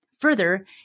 Further